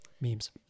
Memes